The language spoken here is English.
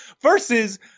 versus